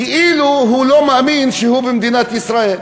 כאילו הוא לא מאמין שהוא במדינת ישראל,